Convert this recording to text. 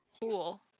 Cool